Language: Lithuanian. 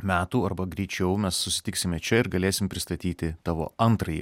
metų arba greičiau mes susitiksime čia ir galėsim pristatyti tavo antrąjį